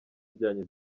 byanyu